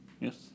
Yes